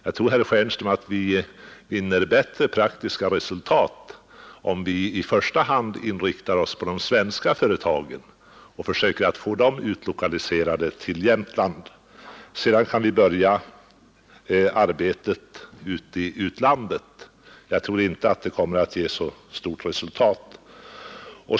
Jag tror, herr Stjernström, att vi vinner bättre praktiska resultat om vi i första hand inriktar oss på de svenska företagen och försöker få dem utlokaliserade till Jämtland. Sedan kan vi börja arbetet i utlandet, men jag tror inte att det kommer att ge särskilt stort resultat.